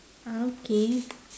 ah okay